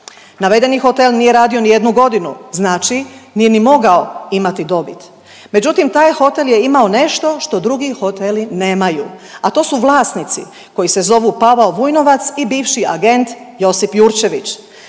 Navedeni hotel nije radio ni jednu godinu, znači nije ni mogao imati dobit. Međutim, taj hotel je imao nešto što drugi hoteli nemaju, a to su vlasnici koji se zovu Pavao Vujnovac i bivši agent Josip Jurčević.